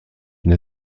une